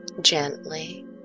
gently